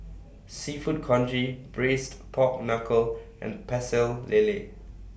Seafood Congee Braised Pork Knuckle and Pecel Lele